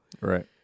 right